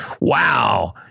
wow